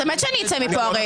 אתה מת שאני אצא מכאן.